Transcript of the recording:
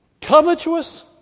covetous